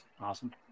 awesome